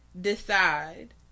decide